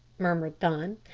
murmured thun,